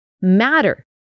matter